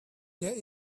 there